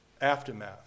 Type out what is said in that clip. aftermath